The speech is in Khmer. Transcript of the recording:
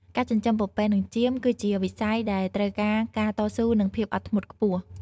ការចិញ្ចឹមពពែនិងចៀមគឺជាវិស័យដែលត្រូវការការតស៊ូនិងភាពអត់ធ្មត់ខ្ពស់។